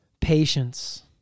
Patience